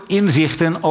inzichten